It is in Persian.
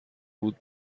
بود